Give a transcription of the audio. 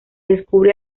descubre